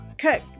cook